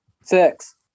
Six